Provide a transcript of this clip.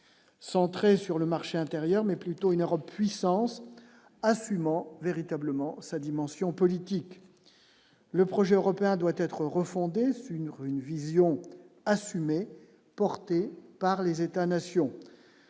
centrée sur le marché intérieur mais plutôt une Europe puissance assumant véritablement sa dimension politique, le projet européen doit être refondée sur une heure, une vision assumé, porté par les États nations